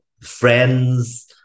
friends